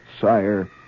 Sire